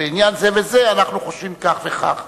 בעניין זה וזה אנחנו חושבים כך וכך,